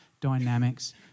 dynamics